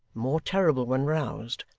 more terrible when roused,